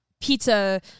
pizza